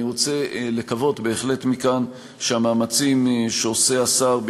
אני בהחלט רוצה לקוות מכאן שהמאמצים שעושה השר,